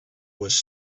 was